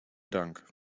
dank